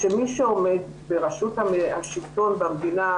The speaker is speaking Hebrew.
שמי שעומד בראשות השלטון במדינה,